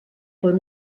per